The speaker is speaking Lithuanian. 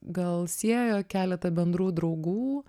gal sieja keleta bendrų draugų